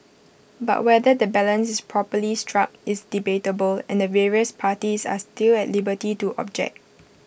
but whether the balance is properly struck is debatable and the various parties are still at liberty to object